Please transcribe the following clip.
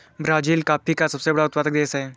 Brazil coffee का सबसे बड़ा उत्पादक देश है